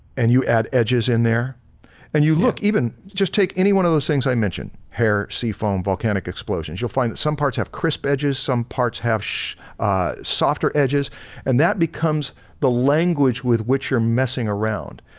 and you add edges in there and you look even just take any one of those things i mentioned, hair, sea foam, volcanic explosions, you'll find that some parts have crisp edges, some parts have softer edges and that becomes the language with which you're messing around.